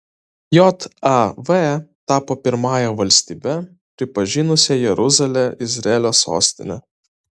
jav tapo pirmąja valstybe pripažinusia jeruzalę izraelio sostine